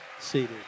seated